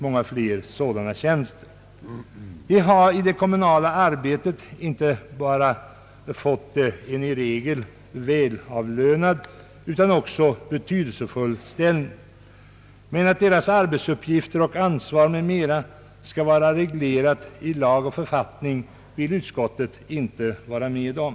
Dessa tjänstemän har i det kommunala arbetet fått en inte bara i regel välavlönad utan också betydelsefull ställning, men att deras arbetsuppgifter och ansvar m.m. skall vara reglerade i lag och författning vill utskottet inte vara med om.